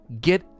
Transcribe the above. Get